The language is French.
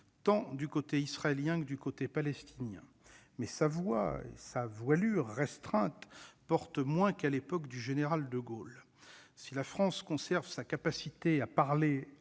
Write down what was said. tant du côté israélien que du côté palestinien, mais sa voix et sa « voilure » restreinte portent moins qu'à l'époque du général de Gaulle. Si la France conserve sa capacité à parler